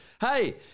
Hey